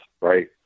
right